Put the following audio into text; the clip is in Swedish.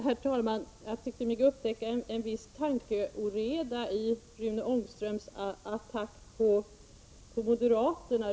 Herr talman! Jag tyckte mig upptäcka en viss tankeoreda i Rune Ångströms attack på moderaterna.